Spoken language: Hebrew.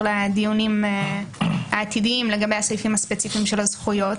לדיונים העתידיים לגבי הסעיפים הספציפיים של הזכויות